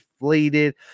inflated